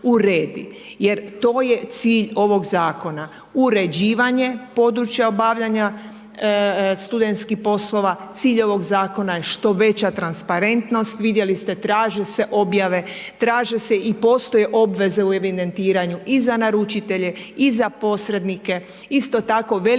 jer to je cilj ovog zakona. Uređivanje područja obavljanja studentskih poslova, cilj ovog zakona je što veća transparentnost, vidjeli ste traže se objave traže se i postoje obveze u evidentiranju i za naručitelje i za posrednike. Isto tako, veliki